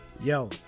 yo